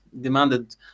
demanded